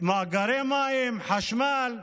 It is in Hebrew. מאגרי מים, חשמל,